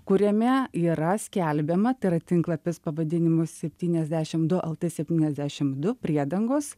kuriame yra skelbiama tai yra tinklapis pavadinimu septyniasdešimt du lt septyniasdešimt du priedangos